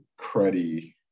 cruddy